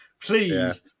please